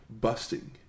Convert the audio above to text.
busting